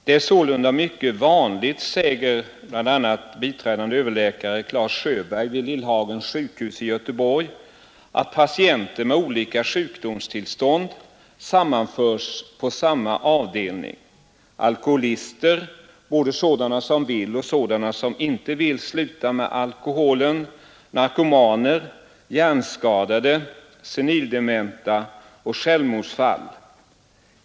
Det är sålunda mycket vanligt, säger bl.a. biträdande överläkare Clas Sjöberg vid Lillhagens sjukhus i Göteborg, att patienter med olika sjukdomstillstånd sammanförs på samma avdelning, alkoholister, både sådana som vill och sådana som inte vill sluta med alkoholen, narkomaner, hjärnskadade, senildementa och självmordsfall.